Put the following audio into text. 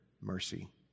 mercy